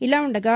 ఇలా ఉండగా